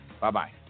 Bye-bye